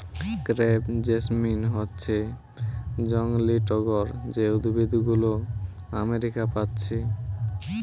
crepe jasmine হচ্ছে জংলি টগর যে উদ্ভিদ গুলো আমেরিকা পাচ্ছি